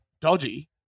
dodgy